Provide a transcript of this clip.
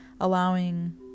allowing